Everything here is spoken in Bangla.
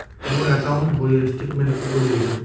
মোর একাউন্ট বইয়ের স্টেটমেন্ট কি করি দেখিম?